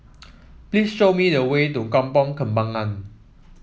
please show me the way to Kampong Kembangan